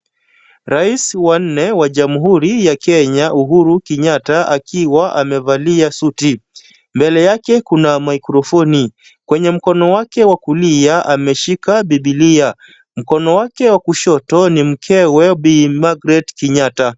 Rais wa nne wa jamhuri ya kenya Uhuru Kenyatta akiwa amevalia suti. Mbele yake kuna microphoni kwenye mkono wa kulia ameshika bibilia. Mkono wake wa kushoto ni mkewe Bi Margaret Kenyatta.